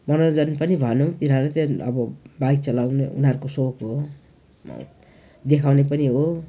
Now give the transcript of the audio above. मनोरञ्जन पनि भनौँ तिनीहरूकै अब बाइक चलाउनु उनीहरूको सोख हो देखाउने पनि हो